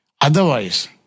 Otherwise